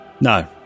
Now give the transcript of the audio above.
No